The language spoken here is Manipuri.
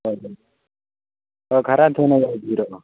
ꯍꯣꯏ ꯍꯣꯏ ꯑꯣ ꯈꯔ ꯊꯨꯅ ꯌꯧꯕꯤꯔꯛꯑꯣ